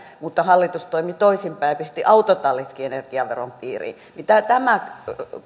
mutta hallitus toimi toisinpäin ja pisti autotallitkin energiaveron piiriin tämä tämä